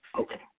Okay